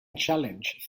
challenge